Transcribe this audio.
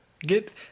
Get